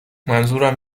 منظورم